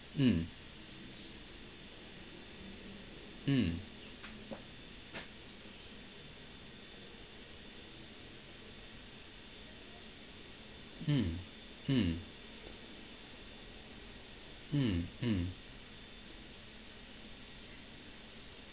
mm mm mm mm mm mm